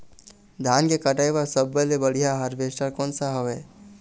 धान के कटाई बर सब्बो ले बढ़िया हारवेस्ट कोन सा हवए?